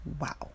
wow